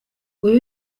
uyu